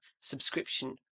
subscription